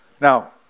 Now